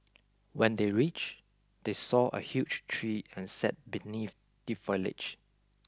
when they reached they saw a huge tree and sat beneath the foliage